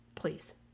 Please